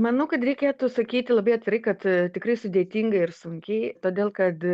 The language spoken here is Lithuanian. manau kad reikėtų sakyti labai atvirai kad tikrai sudėtingai ir sunkiai todėl kad